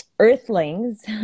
earthlings